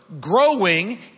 growing